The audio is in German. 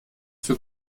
für